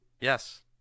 Yes